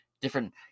Different